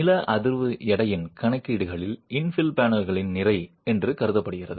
நில அதிர்வு எடையின் கணக்கீடுகளில் இன்ஃபில் பேனலின் நிறை என்று கருதப்படுகிறது